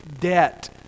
debt